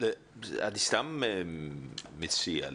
אני סתם מציע.